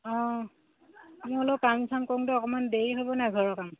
অঁ মই অলপ কাম চাম কৰোঁতে অকণমান দেৰি হ'ব নাই ঘৰৰ কাম